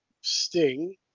Sting